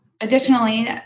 Additionally